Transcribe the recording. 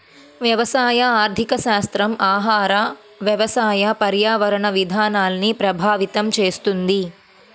వ్యవసాయ ఆర్థికశాస్త్రం ఆహార, వ్యవసాయ, పర్యావరణ విధానాల్ని ప్రభావితం చేస్తుంది